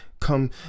come